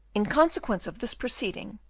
in consequence of this proceeding,